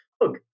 look